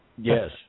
Yes